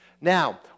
Now